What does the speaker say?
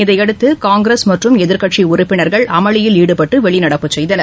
இதனையடுத்து காங்கிரஸ் மற்றும் எதிர்கட்சி உறுப்பினர்கள் அமளியில் ஈடுபட்டு வெளிநடப்பு செய்தனர்